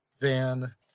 van